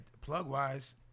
plug-wise